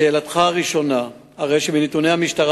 רצוני לשאול: 1. האם רישומי המשטרה